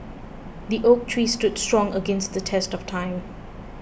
the oak tree stood strong against the test of time